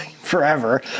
forever